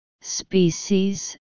species